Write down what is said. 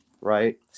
right